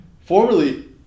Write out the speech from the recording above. formerly